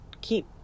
keep